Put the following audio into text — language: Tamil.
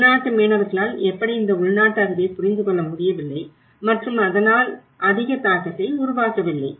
வெளிநாட்டு மீனவர்களால் எப்படி இந்த உள்நாட்டு அறிவை புரிந்து கொள்ள முடியவில்லை மற்றும் அதனால் அதிக தாக்கத்தை உருவாக்கவில்லை